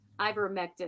ivermectin